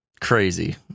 crazy